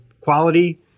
quality